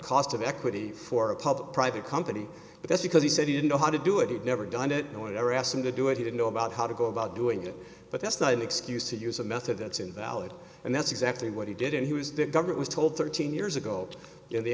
cost of equity for a public private company but that's because he said he didn't know how to do it he'd never done it no one ever asked him to do it he didn't know about how to go about doing it but that's not an excuse to use a method that's invalid and that's exactly what he did and he was the government was told thirteen years ago in the